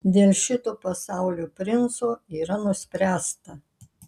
dėl šito pasaulio princo yra nuspręsta